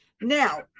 Now